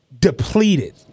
depleted